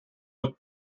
look